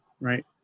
right